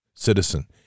Citizen